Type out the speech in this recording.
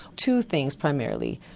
two things primarily.